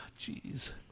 jeez